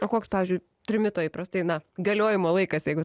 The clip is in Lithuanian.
o koks pavyzdžiui trimito įprastai na galiojimo laikas jeigu